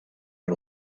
per